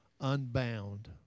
Unbound